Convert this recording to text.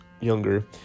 younger